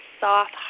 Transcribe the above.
soft